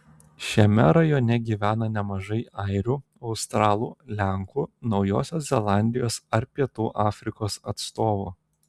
šiame rajone gyvena nemažai airių australų lenkų naujosios zelandijos ar pietų afrikos atstovų